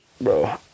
Bro